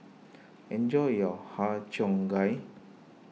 enjoy your Har Cheong Gai